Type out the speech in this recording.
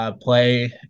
play